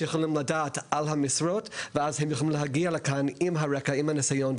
שיכולים לדעת על המשרות ואז הם יכולים להגיע לכאן עם הרקע והניסיון,